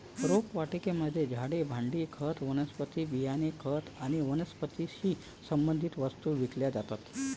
रोपवाटिकेमध्ये झाडे, भांडी, खत, वनस्पती बियाणे, खत आणि वनस्पतीशी संबंधित वस्तू विकल्या जातात